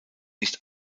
nicht